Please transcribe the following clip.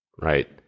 right